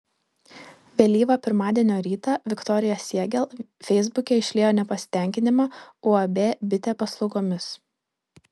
vėlyvą pirmadienio rytą viktorija siegel feisbuke išliejo nepasitenkinimą uab bitė paslaugomis